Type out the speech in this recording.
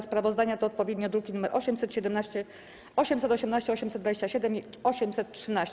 Sprawozdania to odpowiednio druki nr 817, 818, 827 i 813.